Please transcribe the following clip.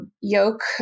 yoke